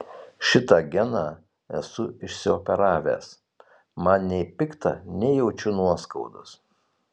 šitą geną esu išsioperavęs man nei pikta nei jaučiu nuoskaudos